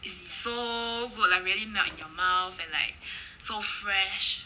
is so good like really melt in your mouth and like so fresh